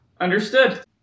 Understood